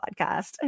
podcast